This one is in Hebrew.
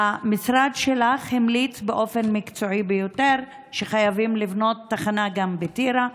המשרד שלך המליץ באופן מקצועי ביותר שחייבים לבנות תחנה גם בטירה.